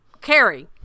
Carrie